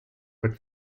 but